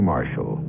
Marshall